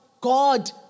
God